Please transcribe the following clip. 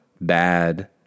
bad